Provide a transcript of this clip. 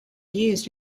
used